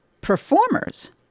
performers